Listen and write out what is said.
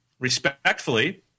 respectfully